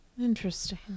Interesting